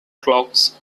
clocks